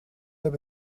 heb